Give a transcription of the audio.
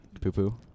poo-poo